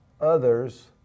others